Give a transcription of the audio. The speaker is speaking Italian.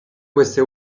queste